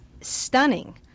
stunning